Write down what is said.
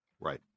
Right